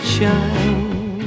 Shine